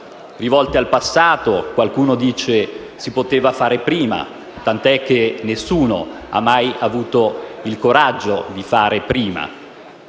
rivolte al passato. Qualcuno sostiene che si poteva fare prima, anche se nessuno ha mai avuto il coraggio di farlo.